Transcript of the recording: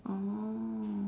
oh